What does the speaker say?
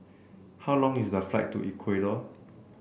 how long is the flight to Ecuador